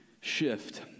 shift